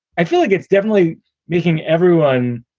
i feel like it's definitely making everyone.